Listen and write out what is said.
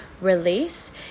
release